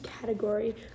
category